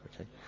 okay